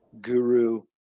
guru